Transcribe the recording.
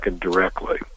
directly